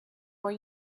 more